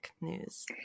news